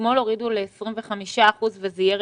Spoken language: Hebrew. אתמול הורידו ל-25 אחוזים וזה יהיה